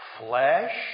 flesh